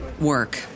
work